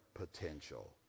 potential